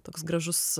toks gražus